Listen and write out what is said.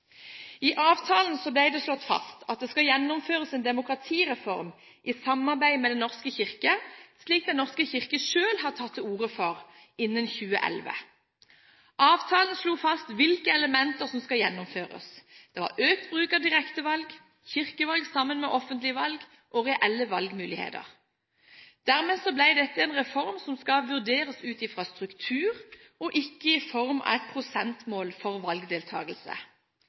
I avtalen ble det slått fast at det skal gjennomføres en demokratireform i samarbeid med Den norske kirke, slik Den norske kirke selv har tatt til orde for, innen 2011. Avtalen slo fast hvilke elementer som skal gjennomføres. Det var økt bruk av direktevalg, kirkevalg sammen med offentlige valg, og reelle valgmuligheter. Dermed ble dette en reform som skal vurderes ut fra struktur, ikke i form av et prosentmål for